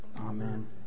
Amen